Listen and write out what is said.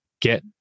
get